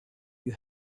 you